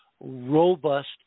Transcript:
robust